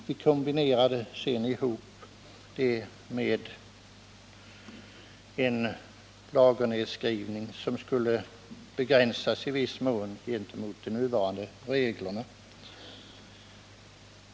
Vi kombinerade sedan detta med en lagernedskrivning, som i viss mån skulle begränsas gentemot nuvarande regler.